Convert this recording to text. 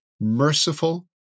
merciful